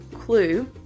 clue